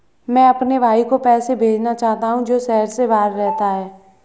मैं अपने भाई को पैसे भेजना चाहता हूँ जो शहर से बाहर रहता है